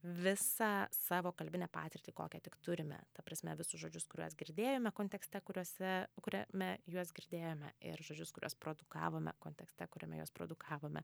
visą savo kalbinę patirtį kokią tik turime ta prasme visus žodžius kuriuos girdėjome kontekste kuriuose kuriame juos girdėjome ir žodžius kuriuos prdukavome kontekste kuriame juos produkavome